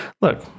look